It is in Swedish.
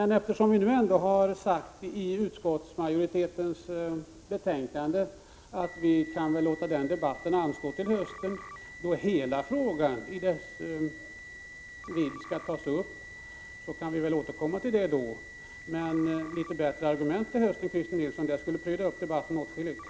Men eftersom vi nu ändå har sagt i utskottsmajoritetens skrivning att vi kan låta debatten anstå till hösten, då man skall ta upp frågan i hela dess vidd, så kan vi väl återkomma till detta då. Men litet bättre argument till hösten, Christer Nilsson, skulle pryda debatten åtskilligt.